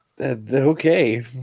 Okay